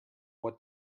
what